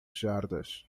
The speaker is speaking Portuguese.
jardas